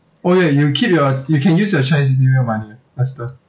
oh ya you keep your you can use your chinese new year money as the